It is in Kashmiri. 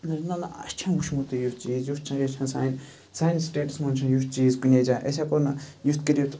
نہ نہ اَسہِ چھُنہٕ وٕچھمُتٕے یُتھ چیٖز یُس سانہِ سٲنِس سٹیٹَس مَنٛز چھُنہٕ یُتھ چیٖز کُنے جایہِ أسۍ ہیٚکو نہٕ یُتھ کٔرِتھ